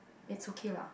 it's okay lah